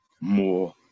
more